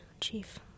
Chief